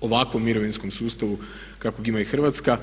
ovakvom mirovinskog sustavu kakvog ima i Hrvatska.